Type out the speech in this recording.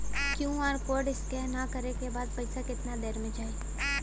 QR code scan करे क बाद पइसा केतना देर म जाई?